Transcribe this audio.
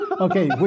Okay